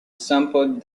sampled